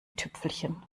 tüpfelchen